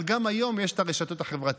אבל גם היום יש את הרשתות החברתיות,